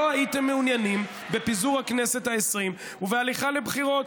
לא הייתם מעוניינים בפיזור הכנסת העשרים ובהליכה לבחירות,